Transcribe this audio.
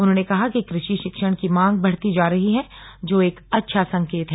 उन्होंने कहा कि कृषि शिक्षण की मांग बढ़ती जा रही है जो एक अच्छा संकेत है